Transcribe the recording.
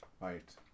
Right